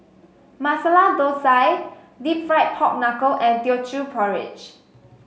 Masala Thosai Deep Fried Pork Knuckle and Teochew Porridge